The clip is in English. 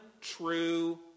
true